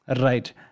right